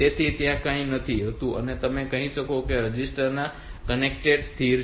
તેથી ત્યાં કંઈ નથી હોતું અને તમે કહી શકો તે રજીસ્ટર ના કન્ટેન્ટસ સ્થિર છે